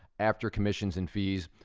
after commissions and fees,